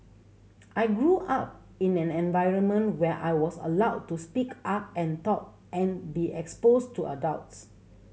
I grew up in an environment where I was allowed to speak up and talk and be exposed to adults